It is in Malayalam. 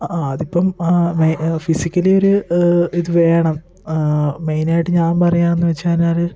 അ ആ അതിപ്പം ഫിസിക്കലി ഒരു ഇത് വേണം മെയ്നായിട്ട് ഞാൻ പറയുകയെന്ന് വെച്ച് കഴിഞ്ഞാല്